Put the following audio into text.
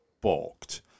balked